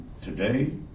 today